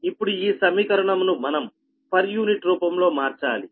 ఇప్పుడు ఈ సమీకరణము ను మనం పర్ యూనిట్ రూపంలో మార్చాలి